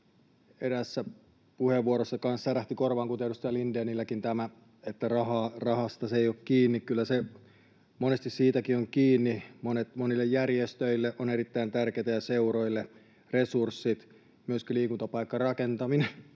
eräässä puheenvuorossa kanssa särähti korvaan, kuten edustaja Lindénilläkin, tämä, että rahasta se ei ole kiinni. Kyllä se monesti siitäkin on kiinni. Monille järjestöille ja seuroille on erittäin tärkeätä resurssit. Myöskin liikuntapaikkarakentaminen